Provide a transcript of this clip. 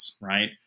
right